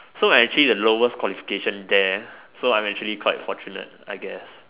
so I'm actually the lowest qualification there so I'm actually quite fortunate I guess